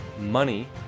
money